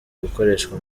gukoreshwa